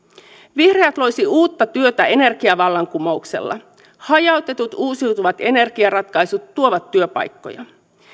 vihreät loisi uutta työtä energiavallankumouksella hajautetut uusiutuvat energiaratkaisut tuovat työpaikkoja